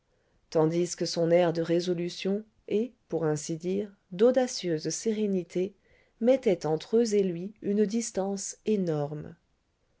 tandis que son air de résolution et pour ainsi dire d'audacieuse sérénité mettait entre eux et lui une distance énorme